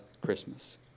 Christmas